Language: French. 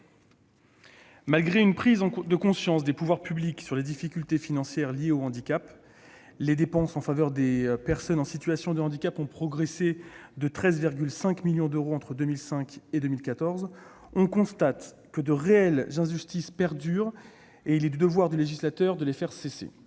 Malgré une prise de conscience par les pouvoirs publics des difficultés financières liées au handicap- les dépenses en faveur des personnes en situation de handicap ont progressé de 13,5 milliards d'euros entre 2005 et 2014 -, on constate que de réelles injustices perdurent : il est du devoir du législateur de les faire cesser.